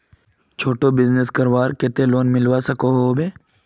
छोटो बिजनेस करवार केते लोन मिलवा सकोहो होबे?